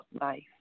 life